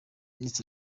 miss